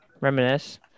Reminisce